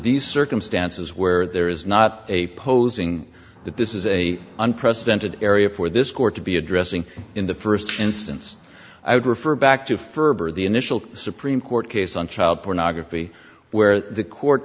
these circumstances where there is not a posing that this is a unprecedented area for this court to be addressing in the first instance i would refer back to ferber the initial supreme court case on child pornography where the court